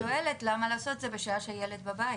אני שואלת למה לעשות את זה בשעה שהילד בבית?